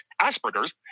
aspergers